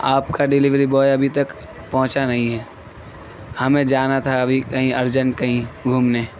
آپ کا delivery boy ابھی تک پہنچا نہیں ہے ہمیں جانا تھا ابھی کہیں ارجینٹ کہیں گھومنے